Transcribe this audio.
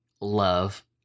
love